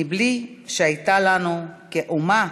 בלי שהייתה לנו, כאומה,